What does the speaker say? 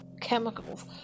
chemicals